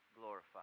glorified